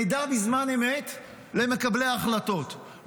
מידע בזמן אמת למקבלי ההחלטות,